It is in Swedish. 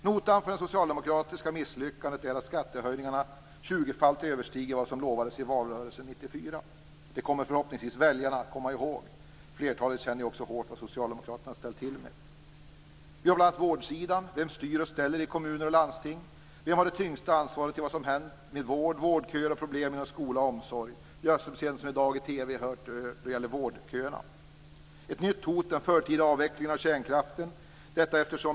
Notan för det socialdemokratiska misslyckandet är att skattehöjningarna tjugofalt överstiger vad som lovades i valrörelsen 1994. Det kommer förhoppningsvis väljarna att komma ihåg. Flertalet har ju hårt få känna på vad Socialdemokraterna har ställt till med. Vi har bl.a. vårdsidan. Vem styr och ställer i kommuner och landsting? Vem har det tyngsta ansvaret till vad som har hänt med vård, vårdköer och problem inom skola och omsorg? Vi har så sent som i dag hört frågan om vårdköerna tas upp på TV. Ett nytt hot är den förtida avvecklingen av kärnkraften.